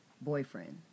boyfriend